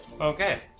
Okay